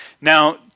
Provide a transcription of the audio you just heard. Now